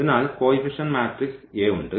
അതിനാൽ coefficient matrix A ഉണ്ട്